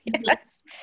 Yes